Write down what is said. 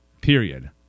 period